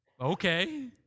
okay